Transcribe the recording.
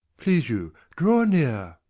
please you draw near.